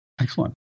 Excellent